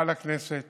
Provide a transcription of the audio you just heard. בא לכנסת